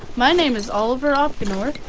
my name is oliver opgenorth.